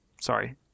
sorry